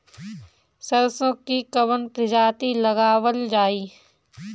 सरसो की कवन प्रजाति लगावल जाई?